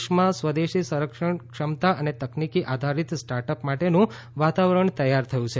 દેશમાં સ્વદેશી સંરક્ષણ ક્ષમતા અને તકનીકી આધારિત સ્ટાર્ટઅપ માટેનું વાતાવરણ તૈયાર થયું છે